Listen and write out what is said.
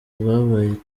bwabaye